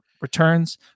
returns